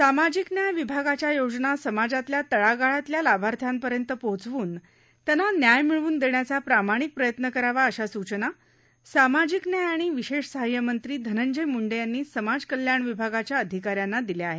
सामाजिक न्याय विभागाच्या योजना समाजातल्या तळागाळातल्या लाभार्थ्यांपर्यंत पोहोचवून त्यांना न्याय मिळवून देण्याचा प्रामाणिक प्रयत्न करावा अशा सूचना सामाजिक न्याय आणि विशेष सहाय्य मंत्री धनंजय मुंडे यांनी समाज कल्याण विभागाच्या अधिकाऱ्यांना दिल्या आहेत